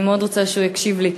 אני מאוד רוצה שהוא יקשיב לי,